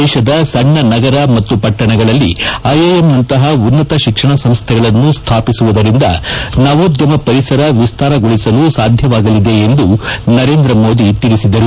ದೇತದ ಸಣ್ಣ ನಗರ ಮತ್ತು ಪಟ್ಟಣಗಳಲ್ಲಿ ಐಐಎಂನಂತಹ ಉನ್ನತ ಶಿಕ್ಷಣ ಸಂಸ್ಥೆಗಳನ್ನು ಸ್ಥಾಪಿಸುವುದರಿಂದ ನವೋದ್ಗಮ ಪರಿಸರ ವಿಸ್ತಾರಗೊಳಿಸಲು ಸಾಧ್ಯವಾಗಲಿದೆ ಎಂದು ನರೇಂದ್ರ ಮೋದಿ ತಿಳಿಸಿದರು